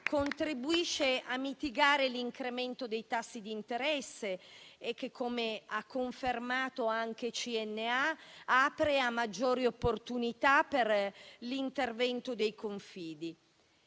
contribuisce a mitigare l'incremento dei tassi di interesse, che, come ha confermato anche CNA, apre a maggiori opportunità per l'intervento dei Confidi.